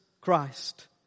Christ